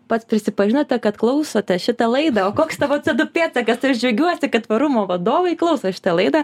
pats prisipažinote kad klausote šitą laidą o koks tavo cė du pėdsakas tai aš džiaugiuosi kad tvarumo vadovai klauso šitą laidą